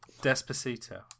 Despacito